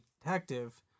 detective